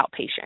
outpatient